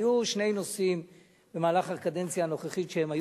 היו במהלך הקדנציה הנוכחית שני